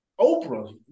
Oprah